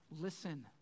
listen